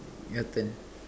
your turn